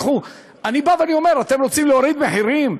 אני בא ואומר: אתם רוצים להוריד מחירים?